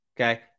Okay